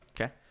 Okay